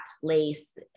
place